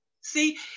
See